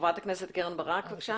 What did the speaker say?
חברת הכנסת קרן ברק, בבקשה.